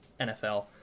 NFL